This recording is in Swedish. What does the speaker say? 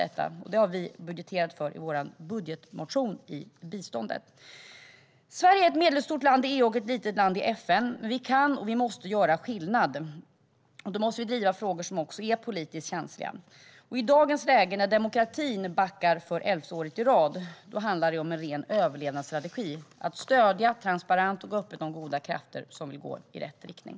Det har vi i vår budgetmotion budgeterat för i biståndet. Sverige är ett medelstort land i EU och ett litet land i FN, men vi kan och måste göra skillnad. Då måste vi också driva frågor som är politiskt känsliga. I dagens läge, när demokratin backar för elfte året i rad, handlar det om en ren överlevnadsstrategi att transparent och öppet stödja de goda krafter som går i rätt riktning.